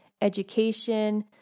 education